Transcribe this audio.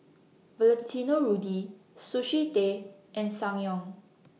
Valentino Rudy Sushi Tei and Ssangyong